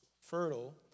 fertile